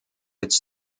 its